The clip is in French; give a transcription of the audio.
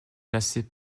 classées